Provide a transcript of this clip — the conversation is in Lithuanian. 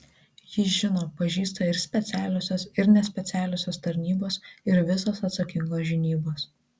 jį žino pažįsta ir specialiosios ir nespecialiosios tarnybos ir visos atsakingos žinybos